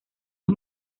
las